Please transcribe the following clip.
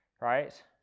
right